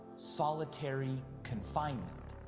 solitary confinement.